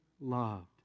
loved